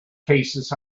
cases